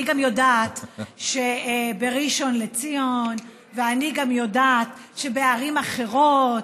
אני גם יודעת שבראשון לציון ואני גם יודעת שבערים אחרות.